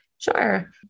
Sure